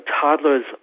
toddlers